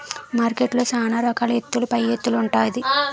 మార్కెట్లో సాన రకాల ఎత్తుల పైఎత్తులు ఉంటాది